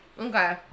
Okay